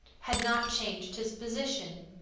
had not changed his position.